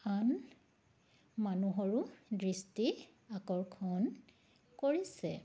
আন মানুহৰো দৃষ্টি আকৰ্ষণ কৰিছে